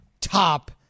top